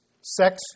sex